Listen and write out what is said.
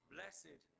Blessed